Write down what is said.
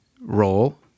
role